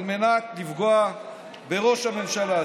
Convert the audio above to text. על מנת לפגוע בראש הממשלה.